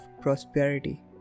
prosperity